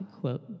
quote